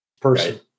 person